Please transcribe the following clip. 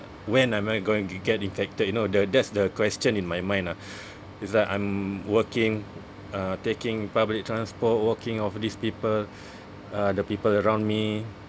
when am I going to get infected you know the that's the question in my mind ah it's like I'm working uh taking public transport walking of these people uh the people around me